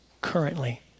currently